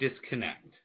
disconnect